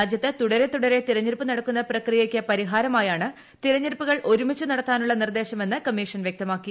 രാജ്യത്ത് തുടരെ തുടരെ തെരെഞ്ഞെടുപ്പ് നടക്കുന്ന പ്രക്രിയയ്ക്ക് പരിഹാരമായാണ് തെരെഞ്ഞെടുപ്പുകൾ ഒരുമിച്ച് നടത്താനുള്ള നിർദ്ദേശമെന്ന് കമ്മീഷൻ വ്യക്തമാക്കി